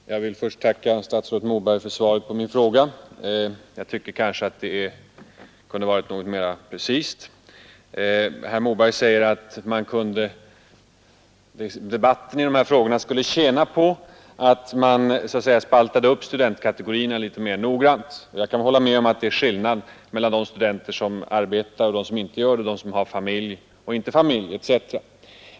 Herr talman! Jag vill först tacka statsrådet Moberg för svaret på min fråga. Jag kanske tycker att det kunde ha varit mera precist. Herr Moberg säger att debatten om dessa frågor skulle tjäna på att man så att säga spaltade upp studentkategorierna litet mera noggrant. Jag kan hålla med om att det är skillnad mellan de studenter som arbetar och dem som inte gör det, dvs. de som har familj och de som inte har familj.